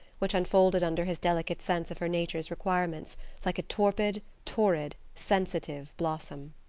which unfolded under his delicate sense of her nature's requirements like a torpid, torrid, sensitive blossom.